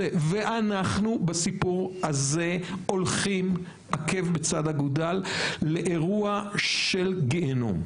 ואנחנו בסיפור הזה הולכים עקב בצד אגודל לאירוע של גיהינום.